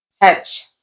touch